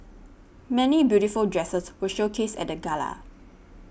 many beautiful dresses were showcased at the gala